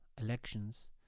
elections